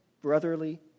brotherly